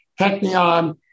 Technion